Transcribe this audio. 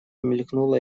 мелькнула